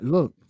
Look